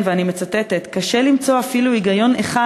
ושם צוין: "קשה למצוא אפילו היגיון אחד